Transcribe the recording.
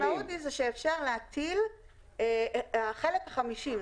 המשמעות היא שאפשר להטיל את החלק ה-50.